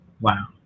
wow